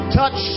touch